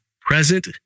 present